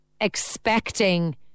expecting